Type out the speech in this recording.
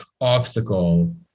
obstacle